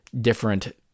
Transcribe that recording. different